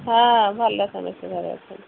ହଁ ଭଲ ସମସ୍ତେ ଘରେ ଅଛନ୍ତି